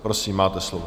Prosím, máte slovo.